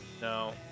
No